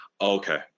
Okay